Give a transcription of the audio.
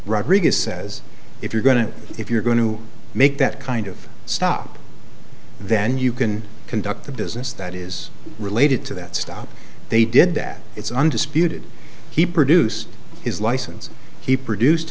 rodriguez says if you're going to if you're going to make that kind of stop then you can conduct the business that is related to that stop they did that it's undisputed he produced his license he produced